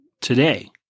Today